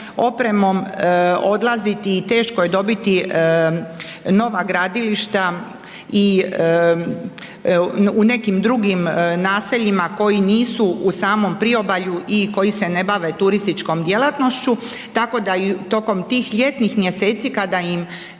opremom odlaziti i teško je dobiti nova gradilišta i u nekim drugim naseljima koji nisu u samom priobalju i koji se ne bave turističkom djelatnošću, tako da tokom tih ljetnih mjeseci kada im